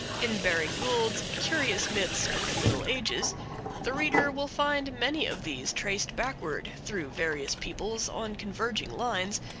in baring-gould's curious myths of the middle ages the reader will find many of these traced backward, through various people on converging lines,